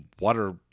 water